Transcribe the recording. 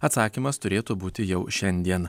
atsakymas turėtų būti jau šiandien